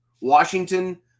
Washington